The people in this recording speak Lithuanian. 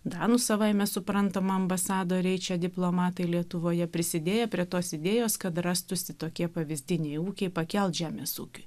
danų savaime suprantama ambasadoriai čia diplomatai lietuvoje prisidėję prie tos idėjos kad rastųsi tokie pavyzdiniai ūkiai pakelt žemės ūkiui